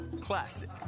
classic